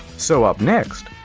so up next.